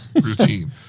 routine